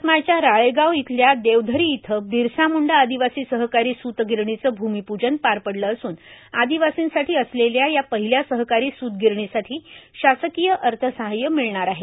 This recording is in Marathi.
यवतमाळच्या राळेगाव इथल्या देवधर इथं बिरसा मुंडा आदिवासी सहकारी सूतगिरणीचे भूमिप्जन पार पडले असून आदिवासींसाठी असलेल्या या पहिल्या सहकारी सूतगिरणीसाठी शासकीय अर्थसहाय्य मिळणार आहे